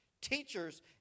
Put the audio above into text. teachers